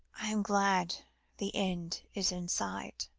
i am glad the end is in sight.